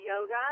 yoga